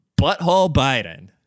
ButtholeBiden